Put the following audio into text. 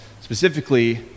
specifically